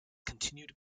continued